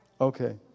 Okay